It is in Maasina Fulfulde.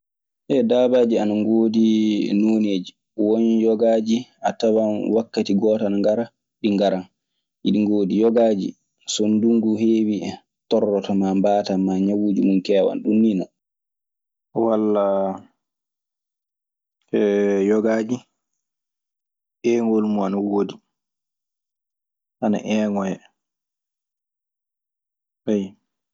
da-baaji ana ngoodii e nooŋeeji. Won yogaaji a tawan wakkati gooto ana ngara ɗi ngaran, yogaaji so ndungu heewi en torloto. Ma mbaatan, maa ñawuuji mun keewan ɗun nii non. Wallaa yogaaji eengol mun ana woodi. Ana eengoo hen, ayyo.